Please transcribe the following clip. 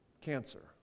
cancer